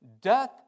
death